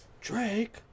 Drake